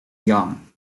young